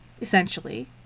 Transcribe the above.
essentially